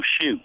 shoot